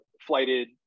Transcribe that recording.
flighted